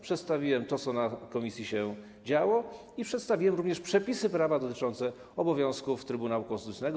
Przedstawiłem to, co w komisji się działo, i przedstawiłem również przepisy prawa dotyczące obowiązków Trybunału Konstytucyjnego.